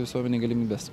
visuomenėj galimybes